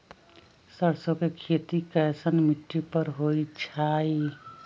सरसों के खेती कैसन मिट्टी पर होई छाई?